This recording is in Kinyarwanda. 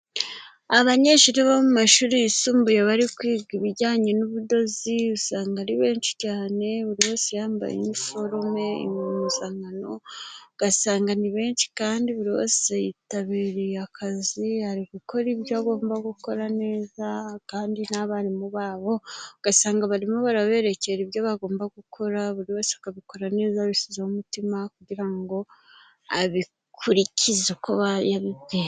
Abanyeshuri bo mu mashuri yisumbuye bari kwiga ibijyanye n'ubudozi usanga ari benshi cyane. Buri wese yambaye iniforume impuzankano, ugasanga ni benshi kandi buri wese yitabiriye akazi, ari gukora ibyo agomba gukora neza, kandi n'abarimu babo ugasanga barimo baraberekera ibyo bagomba gukora, buri wese akabikora neza abishyizeho umutima, kugira ngo abikurikize uko yabibwiye.